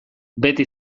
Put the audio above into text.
beti